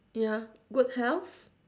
ya good health